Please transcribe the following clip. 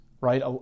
right